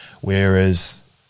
Whereas